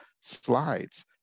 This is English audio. slides